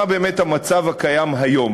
מה באמת המצב הקיים היום.